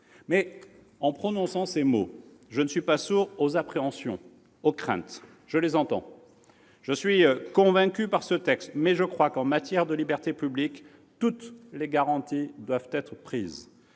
en prononçant ces mots, je ne suis pas sourd aux appréhensions, aux craintes. Ah, « en même temps »! Je les entends. Je suis convaincu par ce texte, mais j'estime qu'en matière de libertés publiques toutes les garanties doivent être prises.